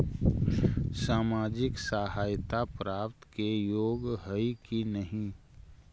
सामाजिक सहायता प्राप्त के योग्य हई कि नहीं?